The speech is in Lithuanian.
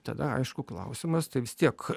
tada aišku klausimas tai vis tiek